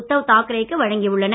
உத்தவ் தாக்கரே க்கு வழங்கி உள்ளனர்